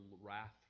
wrath